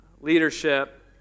leadership